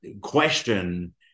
question